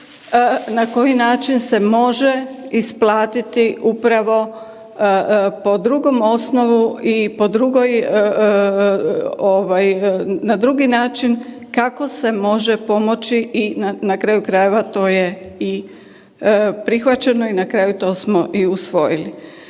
na koji način se može isplatiti upravo po drugom osnovu i po drugoj ovaj na drugi način kako se može pomoći i na kraju krajeva to je i prihvaćeno i na kraju to smo i usvojili.